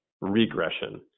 regression